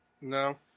No